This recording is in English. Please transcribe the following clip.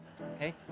Okay